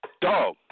Dog